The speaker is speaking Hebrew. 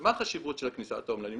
מה החשיבות של הכניסה של תועמלנים?